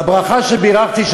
בברכה שבירכתי,